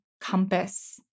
compass